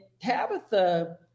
Tabitha